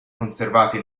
conservati